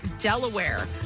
delaware